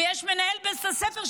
ויש את מנהל בית הספר,